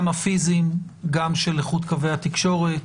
גם הפיזיים, גם של איכות קווי התקשורת,